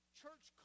church